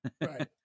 Right